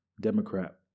Democrat